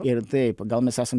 ir taip pagal mes esam